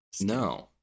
No